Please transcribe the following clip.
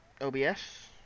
OBS